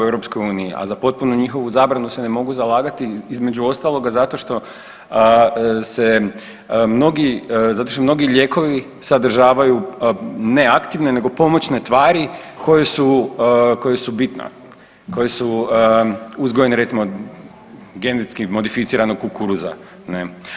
A za potpunu njihovu zabranu se ne mogu zalagati između ostaloga zato se mnogi, zato što mnogi lijekovi sadržavaju ne aktivne nego pomoćne tvari koje su, koje su bitne, koje su ugojene recimo od genetski modificiranog kukuruza ne.